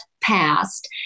passed